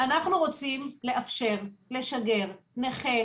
אנחנו רוצים לאפשר להביא נכה,